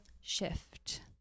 shift